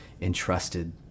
entrusted